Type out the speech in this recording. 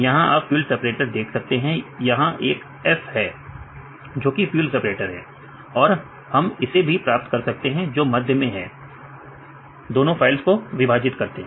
यहां आप field separator देख सकते हैं यहां एक F है जो कि फील्ड सेपरेटर है और हम इसे भी प्राप्त कर सकते हैं जो मध्य में है उसे दोनों फाइल्स को विभाजित करते हैं